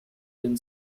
been